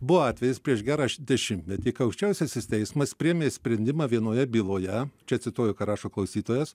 buvo atvejis prieš gerą dešimtmetį kai aukščiausiasis teismas priėmė sprendimą vienoje byloje čia cituoju ką rašo klausytojas